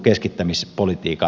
puhemies